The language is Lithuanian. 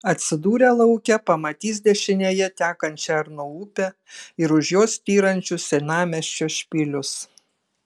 atsidūrę lauke pamatys dešinėje tekančią arno upę ir už jos styrančius senamiesčio špilius